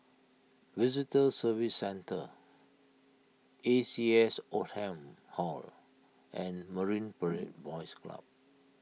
Visitor Services Centre A C S Oldham Hall and Marine Parade Boys Club